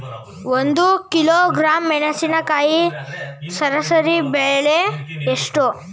ಒಂದು ಕಿಲೋಗ್ರಾಂ ಮೆಣಸಿನಕಾಯಿ ಸರಾಸರಿ ಬೆಲೆ ಎಷ್ಟು?